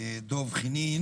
דב חנין